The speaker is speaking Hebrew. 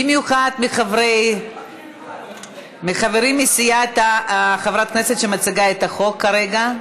במיוחד מחברים מסיעת חברת הכנסת שמציגה את הצעת החוק כרגע.